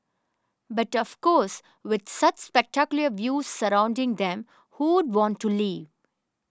but of course with such spectacular views surrounding them who want to leave